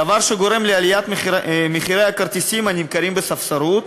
דבר שגורם לעליית מחירי הכרטיסים הנמכרים בספסרות,